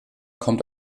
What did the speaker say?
kommt